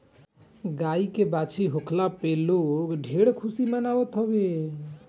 गाई के बाछी होखला पे लोग ढेर खुशी मनावत हवे